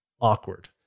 awkward